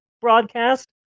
broadcast